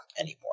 anymore